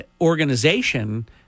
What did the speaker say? organization